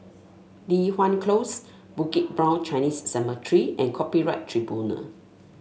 Li Hwan Close Bukit Brown Chinese Cemetery and Copyright Tribunal